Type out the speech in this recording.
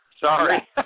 Sorry